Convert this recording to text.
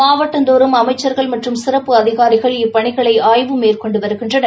மாவட்டந்தோறும் அமைச்சர்கள் மற்றும் சிறப்பு அதிகாரிகள் இப்பணிகளை ஆய்வு மேற்கொண்டு வருகின்றனர்